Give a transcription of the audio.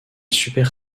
super